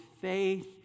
faith